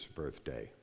birthday